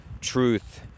truth